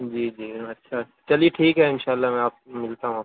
جی جی اچھا چلیے ٹھیک ہے ان شاء اللہ میں آپ ملتا ہوں آپ سے